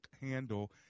handle